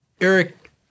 Eric